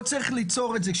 פה צריך ליצור את זה,